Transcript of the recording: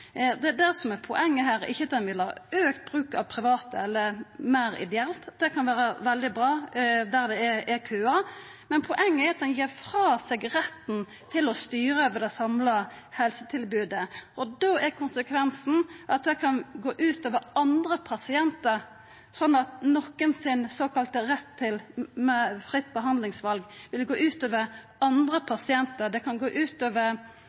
Det er det som er poenget her, ikkje at ein vil ha auka bruk av private eller fleire ideelle – det kan vera veldig bra der det er køar. Poenget er at ein gir frå seg retten til å styra over det samla helsetilbodet. Og då er konsekvensen at det kan gå ut over andre pasientar, slik at den såkalla retten nokre har til fritt behandlingsval, vil gå ut over andre pasientar. Det kan gå